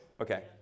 Okay